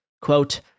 Quote